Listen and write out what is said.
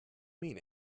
mean